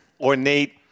ornate